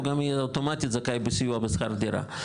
גם יהיה אוטומטית זכאי לסיוע בשכר דירה,